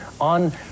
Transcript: on